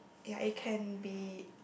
ya it can be